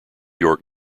york